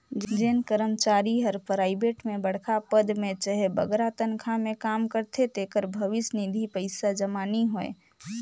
जेन करमचारी हर पराइबेट में बड़खा पद में चहे बगरा तनखा में काम करथे तेकर भविस निधि पइसा जमा नी होए